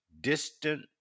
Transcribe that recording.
distant